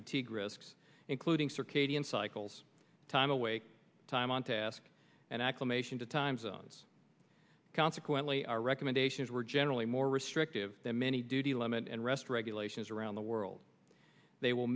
fatigue risks including circadian cycles time awake time on task and acclamation to time zones consequently our recommendations were generally more restrictive than many duty limit and rest regulations around the world they will